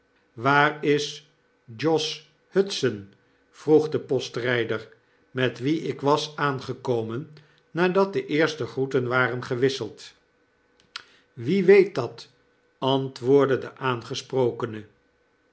waar is josh hudson vroeg de postryder met wien ik was aangekomen nadat de eerste groeten waren gewisseld wie weet dat antwoordde deaangesprokene